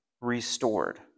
restored